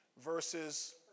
versus